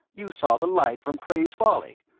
you saw the light from cray's folly?